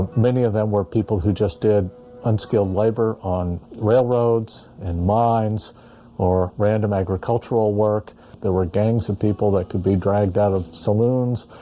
many of them were people who just did unskilled labor on railroads and mines or random agricultural work there were gangs of and people that could be dragged out of saloons.